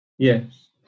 Yes